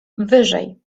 wyżej